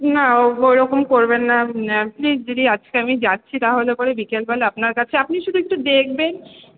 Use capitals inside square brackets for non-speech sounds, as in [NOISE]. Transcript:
না [UNINTELLIGIBLE] ওইরকম করবেননা প্লিজ দিদি আজকে আমি যাচ্ছি তাহলে পরে বিকেলবেলা আপনার কাছে আপনি শুধু একটু দেখবেন